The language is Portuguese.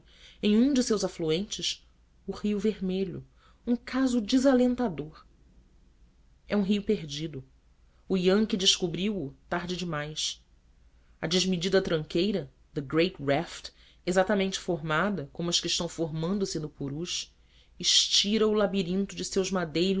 em um de seus afluentes o rio vermelho um caso desalentador é um rio perdido o yankee descobriu o tarde demais a desmedida tranqueira the great raft exatamente formada como as que estão formando se no purus estira o labirinto de seus